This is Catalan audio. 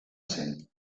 cent